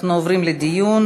אנחנו עוברים לדיון.